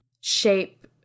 shape